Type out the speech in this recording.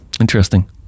Interesting